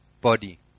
body